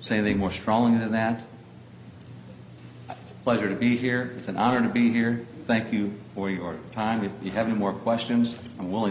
say they more strongly than that pleasure to be here is an honor to be here thank you for your time if you have any more questions and willing to